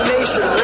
Nation